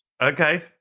Okay